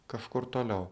kažkur toliau